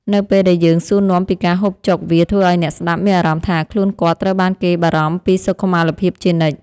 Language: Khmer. នៅពេលដែលយើងសួរនាំពីការហូបចុកវាធ្វើឱ្យអ្នកស្ដាប់មានអារម្មណ៍ថាខ្លួនគាត់ត្រូវបានគេបារម្ភពីសុខុមាលភាពជានិច្ច។